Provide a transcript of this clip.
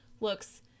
looks